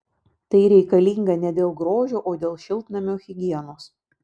tai reikalinga ne dėl grožio o dėl šiltnamio higienos